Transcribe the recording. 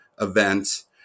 events